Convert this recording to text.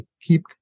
keep